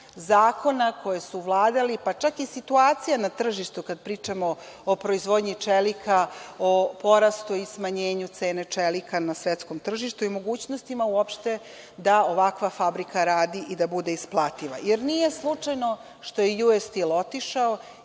zakona koji su vladali, pa čak i situacija na tržištu, kad pričamo o proizvodnji čelika, o porastu i smanjenju cene čelika na svetskom tržištu i mogućnostima uopšte da ovakva fabrika radi i da bude isplativa. Jer, nije slučajno što je „Ju-es Stil“